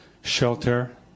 shelter